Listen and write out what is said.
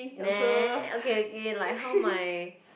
[neh] okay okay like how my